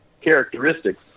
characteristics